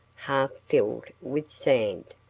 half filled with sand.